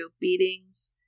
beatings